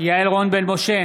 יעל רון בן משה,